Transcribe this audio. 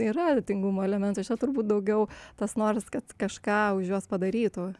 yra tingumo elementų čia turbūt daugiau tas noras kad kažką už juos padarytų